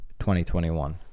2021